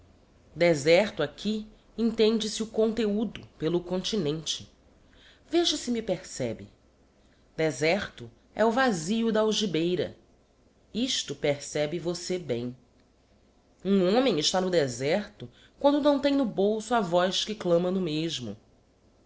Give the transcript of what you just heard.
deserto aqui entende-se o conteúdo pelo continente veja se me percebe deserto é o vasio da algibeira isto percebe vossê bem um homem está no deserto quando não tem no bolso a voz que clama no mesmo